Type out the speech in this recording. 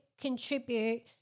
contribute